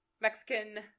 Mexican